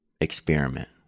experiment